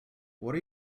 what